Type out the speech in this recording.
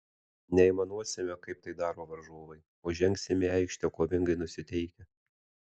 neaimanuosime kaip tai daro varžovai o žengsime į aikštę kovingai nusiteikę